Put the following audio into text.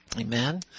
Amen